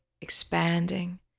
expanding